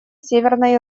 северной